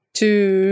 two